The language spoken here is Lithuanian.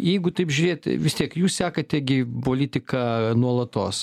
jeigu taip žiūrėt vis tiek jūs sekate gi politiką nuolatos